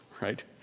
right